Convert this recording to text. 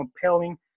compelling